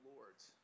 Lord's